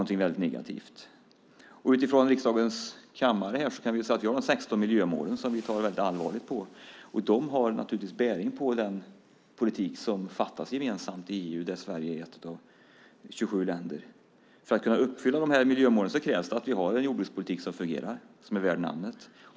När det gäller riksdagens beslut i kammaren har vi de 16 miljömålen som vi tar väldigt allvarligt på. De har bäring på den politik som fattas gemensamt i EU där Sverige är ett av 27 länder. För att kunna uppfylla miljömålen krävs att vi har en jordbrukspolitik som fungerar och är värd namnet.